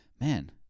man